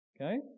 okay